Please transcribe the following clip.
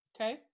Okay